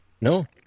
No